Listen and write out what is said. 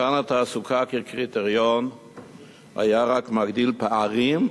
מבחן התעסוקה כקריטריון היה רק מגדיל פערים,